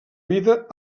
vida